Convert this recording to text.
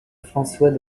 françois